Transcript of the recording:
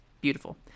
Beautiful